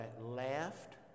laughed